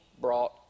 brought